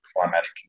climatic